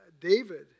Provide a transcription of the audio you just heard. David